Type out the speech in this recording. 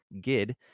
GID